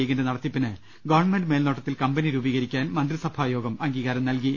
ലീഗിന്റെ നടത്തിപ്പിന് ഗവൺമെന്റ് മേൽനോട്ടത്തിൽ കമ്പനി രൂപീകരിക്കാൻ മന്ത്രിസഭാ യോഗം അംഗീകാരം നൽകി